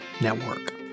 Network